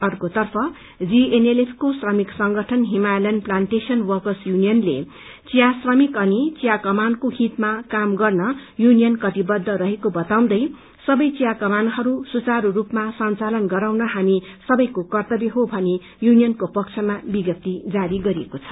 अर्कोतर्फ जीएनएलएफको श्रमिक संगठन हिमालयन प्लान्टेशन वर्कर्स यूनियनले चिया श्रमिक अनि चियाकमानको हिमा काम गर्न यूनियन कटिबद्ध रहेको बताउँदै सबै चिया कमानहरू सुचारू रूपमा संचालन गराउन हामी सबैको कर्त्तव्य हो भनी यूनियनको पक्षमा विज्ञप्ति जारी गरिएको छ